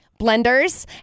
blenders